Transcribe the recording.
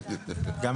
זה